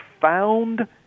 found